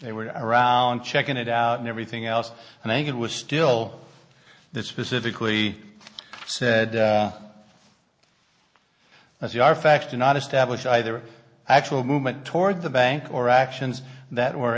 they were around checking it out and everything else and i think it was still specifically said as you are facts do not establish either actual movement toward the bank or actions that were